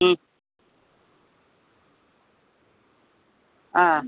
ம் ஆ